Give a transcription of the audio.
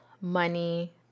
money